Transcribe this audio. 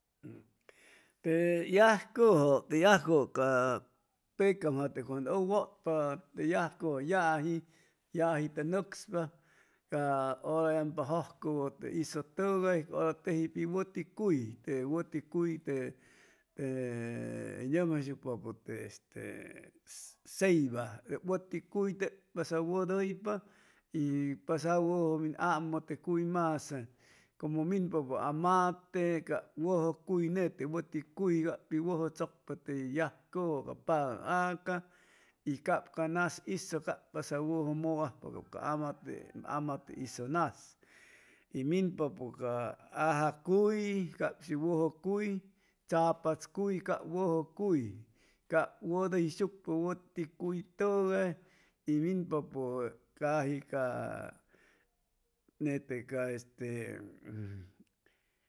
Te yajcuju te yajcuju ca pecam jate cuando u wutpa te yajcu yaji yaji tun nuespa ca una yampana jujcuwu te isu tugay ca ura iteji pi wuti cuy y te wuti cuy te te u numjacsucu te este ceiba te wuti cuy te pasadu wuduypa y pasadu wuju min amu te cuy nete wuti cuy cab pi wuju tsucpa te yajcuju ca paac aca y cap ca nas isu cab pasadu wuju muuk ajpa cab ca amate amate isu nas y minpapu ca aja cuy cab si wuju cuy tsaputs cuy cab wuju cuy cab wuduyshucpa wati cuy tugay y min papu caji ca nete ca este.